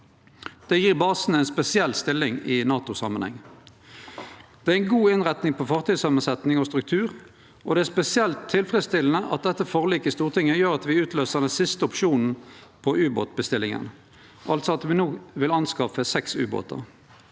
Det gjev basen ei spesiell stilling i NATO-samanheng. Det er ei god innretning på fartøysamansetjing og -struktur, og det er spesielt tilfredsstillande at dette forliket i Stortinget gjer at me utløysar den siste opsjonen på ubåtbestillinga, altså at me no vil skaffe seks ubåtar.